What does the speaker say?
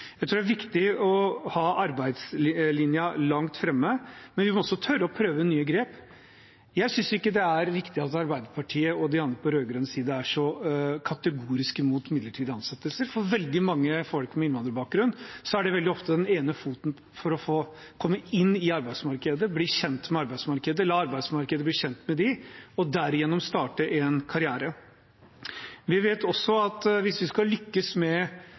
Jeg tror det er viktig å ha arbeidslinjen langt fremme, men vi må også tørre å prøve nye grep. Jeg synes ikke det er riktig at Arbeiderpartiet og de andre på rød-grønn side er så kategorisk imot midlertidige ansettelser. For veldig mange folk med innvandrerbakgrunn er det veldig ofte en fot inn i arbeidsmarkedet, for å bli kjent med arbeidsmarkedet og la arbeidsmarkedet bli kjent med dem, og derigjennom starte en karriere. Vi vet også at hvis vi skal lykkes med